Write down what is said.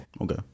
Okay